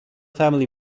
family